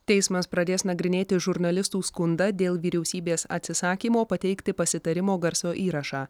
teismas pradės nagrinėti žurnalistų skundą dėl vyriausybės atsisakymo pateikti pasitarimo garso įrašą